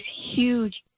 huge